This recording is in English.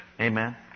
Amen